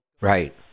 Right